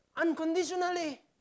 Unconditionally